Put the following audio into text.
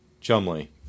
Chumley